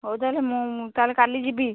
ହଉ ତାହେଲେ ମୁଁ ମୁଁ ତାହେଲେ କାଲି ଯିବି